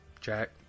Jack